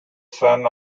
son